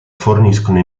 forniscono